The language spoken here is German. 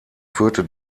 führte